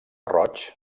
roig